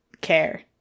care